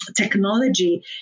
technology